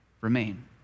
remain